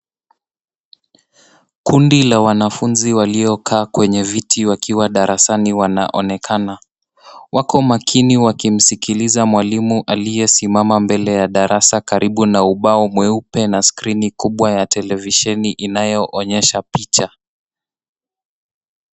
Kundi la wanafunzi waliokaa kwenye viti wakiwa darasani wanaonekana. Wako makini wakisikiliza mwalimu aliyesimama mbele ya darasa karibu na ubao mweupe na skrini kubwa ya televisheni inayoonyesha picha.